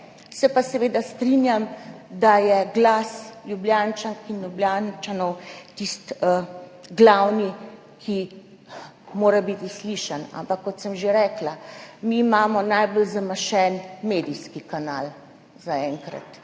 Se pa seveda strinjam, da je glas Ljubljančank in Ljubljančanov tisti glavni, ki mora biti slišan, ampak, kot sem že rekla, mi imamo zaenkrat najbolj zamašen medijski kanal in